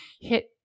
hit